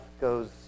goes